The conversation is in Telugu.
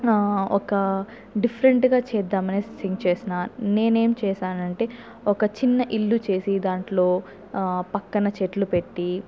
ఆ ఒక డిఫ్రెంట్గా చేదాం అని సింక్ చేసిన నేనేం చేసానంటే ఒక చిన్న ఇల్లు చేసి దాంట్లో పక్కన చెట్లు పెట్టి